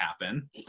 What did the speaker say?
happen